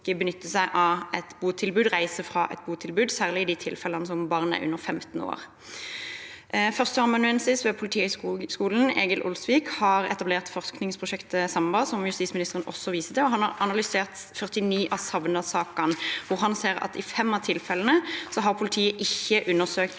eller reise fra et botilbud, særlig i de tilfellene der barnet er under 15 år. Førsteamanuensis ved Politihøgskolen, Egil Olsvik, har etablert forskningsprosjektet SAMBA, som justisministeren også viste til, og han har analysert 49 av savnetsakene. Han ser at i fem av tilfellene har politiet ikke undersøkt